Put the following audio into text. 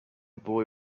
boy